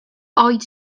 oed